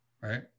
right